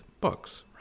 books